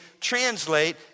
translate